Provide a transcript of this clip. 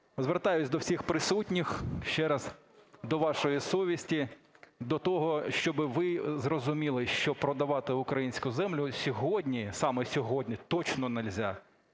звертаюсь до всіх присутніх, ще раз до вашої совісті, до того, щоб ви зрозуміли, що продавати українську землю сьогодні, саме сьогодні, точно нельзя.